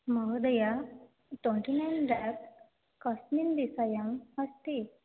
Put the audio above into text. महोदय twenty nine rack कस्मिन् दिशायाम् अस्ति